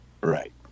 Right